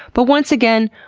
but once again,